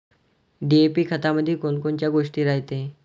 DAP खतामंदी कोनकोनच्या गोष्टी रायते?